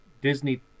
disney